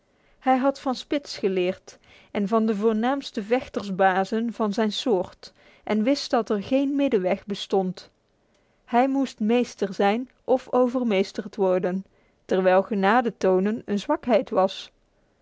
hij had van spitz geleerd en van de voornaamste vechtersbazen van zijn soort en wist dat er geen middenweg bestond hij moest meester zijn of overmeesterd warden terwijl genade tonen een zwakheid was